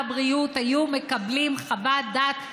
הבריאות היו מקבלים חוות דעת שלילית,